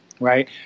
right